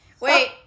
Wait